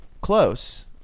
Close